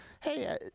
hey